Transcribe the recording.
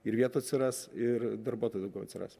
ir vietų atsiras ir darbuotojų atsiras